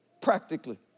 practically